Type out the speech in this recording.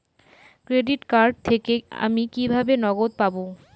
Credit card থেকে আমি কিভাবে নগদ পাব?